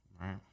Right